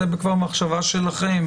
זה כבר מחשבה שלכם,